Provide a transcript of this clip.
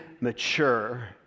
mature